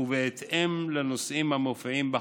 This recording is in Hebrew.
בהתאם לנושאים המופיעים בחוק.